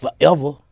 Forever